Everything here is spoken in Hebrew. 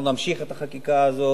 אנחנו נמשיך את החקיקה הזאת.